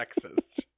sexist